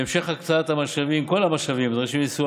והמשך הקצאת כל המשאבים הנדרשים לסיוע